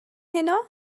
heno